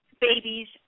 babies